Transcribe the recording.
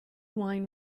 wine